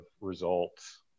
results